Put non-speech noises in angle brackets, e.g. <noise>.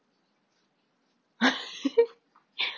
<laughs> <breath>